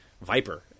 Viper